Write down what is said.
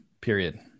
period